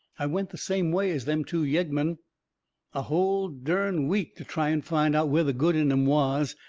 i went the same way as them two yeggmen a hull dern week to try and find out where the good in em was.